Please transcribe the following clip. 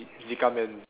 man